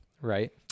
right